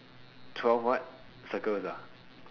twelve what circles ah